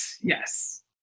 Yes